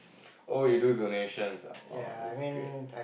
oh you do donation oh that's great